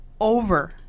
over